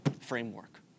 framework